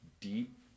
deep